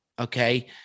okay